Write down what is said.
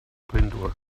glyndŵr